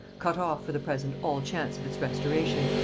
cut off for the present all chance of its restoration,